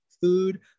food